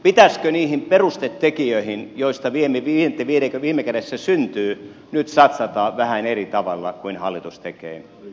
pitäisikö niihin perustetekijöihin joista vienti viime kädessä syntyy nyt satsata vähän eri tavalla kuin hallitus tekee